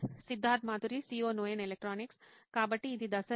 Siddharth Maturi CEO నోయిన్ electronics కాబట్టి ఇది దశ 2